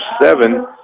seven